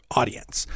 audience